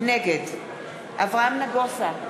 נגד אברהם נגוסה,